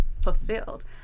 fulfilled